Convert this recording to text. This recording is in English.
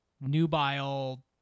nubile